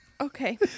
okay